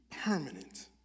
permanent